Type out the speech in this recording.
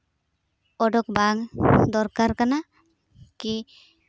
ᱚᱰᱚᱠ ᱵᱟᱝ ᱫᱚᱨᱠᱟᱨ ᱠᱟᱱᱟ ᱠᱤ